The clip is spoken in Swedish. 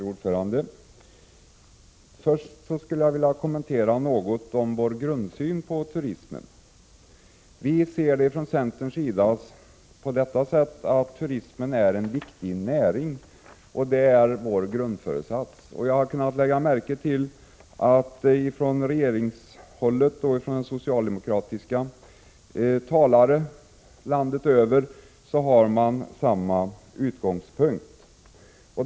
Fru talman! Först skulle jag vilja något kommentera vår grundsyn på turismen. Från centerns sida ser vi turismen som en viktig näring, och jag har kunnat lägga märke till att man på regeringshåll lika väl som socialdemokratiska talare landet över har samma utgångspunkt.